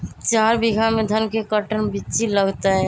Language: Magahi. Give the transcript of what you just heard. चार बीघा में धन के कर्टन बिच्ची लगतै?